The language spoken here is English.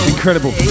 Incredible